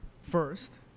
first